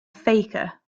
faker